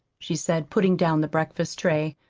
she said, putting down the breakfast tray.